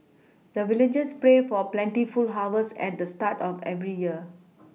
the villagers pray for plentiful harvest at the start of every year